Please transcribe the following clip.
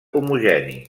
homogeni